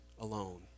alone